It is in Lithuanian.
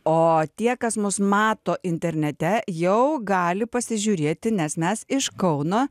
o tie kas mus mato internete jau gali pasižiūrėti nes mes iš kauno